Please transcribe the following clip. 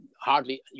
hardly